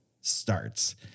starts